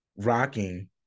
Rocking